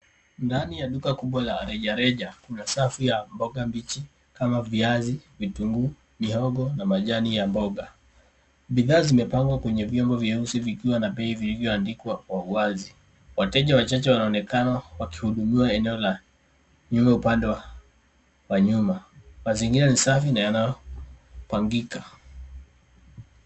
Ndani ya duka kubwa la reja reja, kuna safu ya mboga mbichi kama viazi, vitunguu, mihogo na majani ya mboga. Bidhaa zimepangwa kwenye vyombo vyeusi vikiwa na bei vilivyoandikwa kwa wazi. Wateja wachache wanaonekana wakihudumiwa eneo la nyuma upande wa nyuma. Mazingira ni safi na yanapangika.